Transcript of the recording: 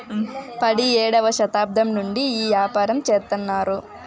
పడియేడవ శతాబ్దం నుండి ఈ యాపారం చెత్తన్నారు